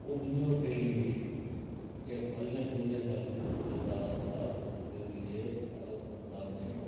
उद्ययमियों के लिए यह फलने फुलने का युग चल रहा था उसके लिए भारत सरकार ने